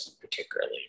particularly